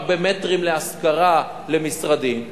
רק במטרים להשכרה למשרדים,